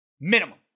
Minimum